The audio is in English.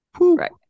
right